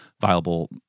viable